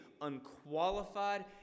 unqualified